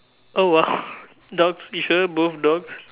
oh !wow! dogs you sure both dogs